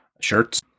shirts